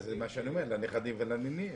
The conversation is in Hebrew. זה מה שאני אומר, לנכדים ולנינים.